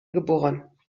geboren